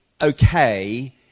okay